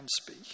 speak